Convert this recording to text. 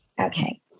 Okay